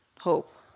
hope